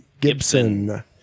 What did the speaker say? Gibson